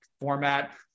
format